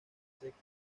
secas